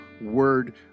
word